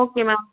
okay ma'am